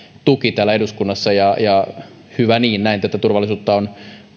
tuki täällä eduskunnassa ja ja hyvä niin näin tätä turvallisuutta on